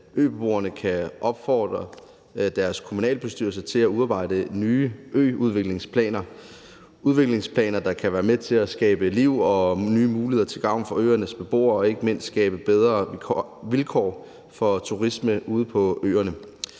at øboerne kan opfordre deres kommunalbestyrelse til at udarbejde nye øudviklingsplaner – udviklingsplaner, der kan være med til at skabe liv og nye muligheder til gavn for øernes beboere og ikke mindst skabe bedre vilkår for turisme ude på øerne.